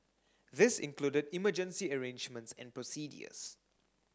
this included emergency arrangements and procedures